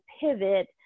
pivot